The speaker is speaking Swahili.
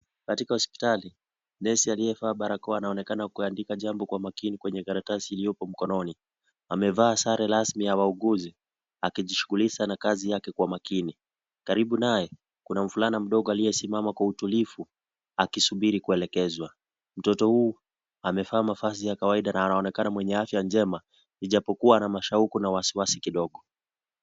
Katika hospitali, nesi aliyevaa barakoa anaonekana kuandika jambo kwa makini kwenye karatasi iliyoko mkononi, amevaa sare rasmi ya wauguzi akijishughulisha na kazi yake kwa makini, karibu naye kuna mvulana mdogo aliyesimama kwa utulivu akisubiri kuelekezwa, mtoto huyu amevaa mavazi ya kawaida na anaonekana mwenye afya njema ijapokuwa ana mashauku na wasiwasi kidogo.